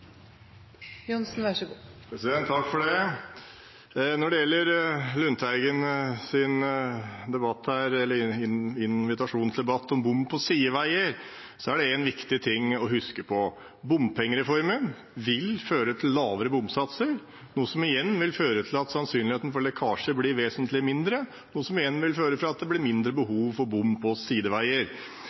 det en viktig ting å huske på: Bompengereformen vil føre til lavere bompengesatser, noe som igjen vil føre til at sannsynligheten for lekkasjer blir vesentlig mindre, og som igjen vil føre til at det blir mindre behov for bom på sideveier.